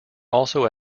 also